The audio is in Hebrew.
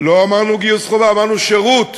לא אמרנו גיוס חובה, אמרנו שירות.